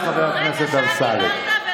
בבקשה, חבר הכנסת אמסלם.